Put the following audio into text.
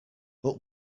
but